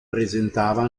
presentava